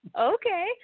Okay